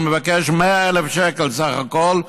אני מבקש 100,000 שקל בסך הכול,